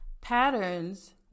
Patterns